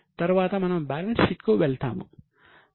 తరువాత మనము balance sheet కు వెళ్తాము